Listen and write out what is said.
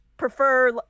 prefer